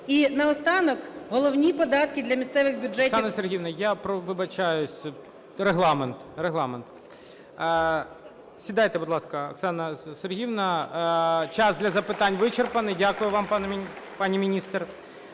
І наостанок – головні податки для місцевих бюджетів…